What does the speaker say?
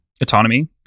autonomy